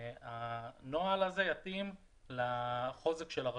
שהנוהל הזה יתאים לחוזק של הרשות.